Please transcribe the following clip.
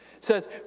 says